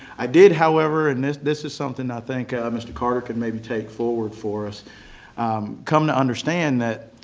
i did however and this this is something i think mr. carter could maybe take forward for us come to understand that